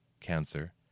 Cancer